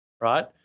right